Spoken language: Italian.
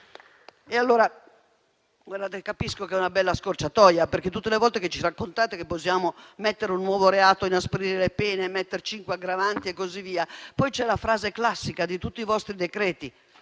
colpevoli. Capisco che è una bella scorciatoia: tutte le volte ci raccontate che possiamo creare un nuovo reato, inasprire le pene, aggiungere cinque aggravanti e così via. Poi c'è la frase classica di tutti i vostri decreti,